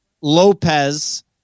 Lopez